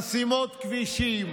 חסימות כבישים,